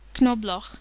Knobloch